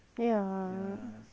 ya